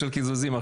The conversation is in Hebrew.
לך,